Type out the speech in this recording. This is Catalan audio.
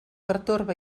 pertorba